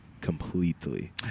completely